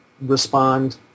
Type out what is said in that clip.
respond